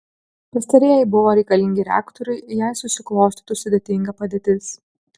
pastarieji buvo reikalingi reaktoriui jei susiklostytų sudėtinga padėtis